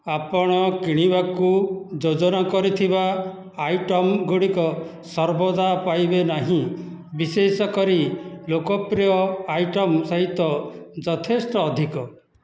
ଆପଣ କିଣିବାକୁ ଯୋଜନା କରିଥିବା ଆଇଟମ୍ ଗୁଡ଼ିକ ସର୍ବଦା ପାଇବେ ନାହିଁ ବିଶେଷ କରି ଲୋକପ୍ରିୟ ଆଇଟମ୍ ସହିତ ଯଥେଷ୍ଟ ଅଧିକ